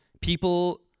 people